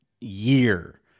year